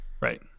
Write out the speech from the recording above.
Right